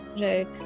Right